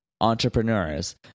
entrepreneurs